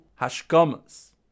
hashkamas